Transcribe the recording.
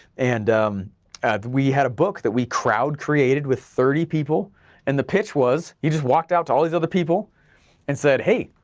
and um and we had a book that we crowd created with thirty people and the pitch was, you just walked out to all these other people and said hey,